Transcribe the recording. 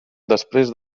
després